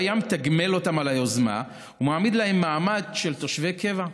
מתגמל אותם על היוזמה ומעניק להם מעמד של תושבי קבע?